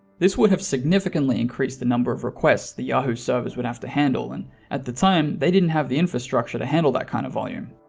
this would have significantly increased the number of requests the yahoo service would have to handle. and at the time, they didn't have the infrastructure to handle that kind of volume.